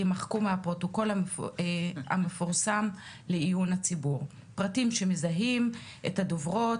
יימחקו מהפרוטוקול המפורסם לעיון הציבור פרטים המזהים את הדוברות,